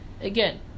again